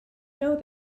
know